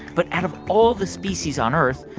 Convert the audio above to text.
but out of all the species on earth,